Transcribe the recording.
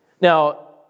Now